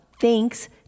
Thanks